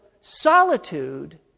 solitude